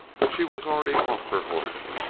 but she was already off her horse.